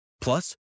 Plus